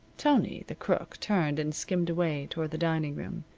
tony, the crook, turned and skimmed away toward the dining-room,